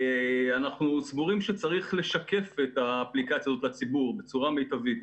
אנחנו סבורים שצריך לשקף את האפליקציה הזו לציבור בצורה מיטבית.